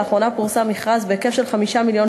לאחרונה פורסם מכרז בהיקף של 5 מיליון